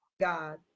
God